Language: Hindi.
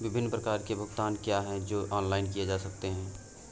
विभिन्न प्रकार के भुगतान क्या हैं जो ऑनलाइन किए जा सकते हैं?